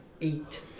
eight